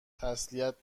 تسلیت